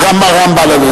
אדוני